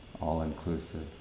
all-inclusive